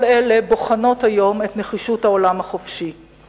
כל אלה בוחנת היום את נחישות העולם החופשי .